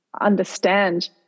understand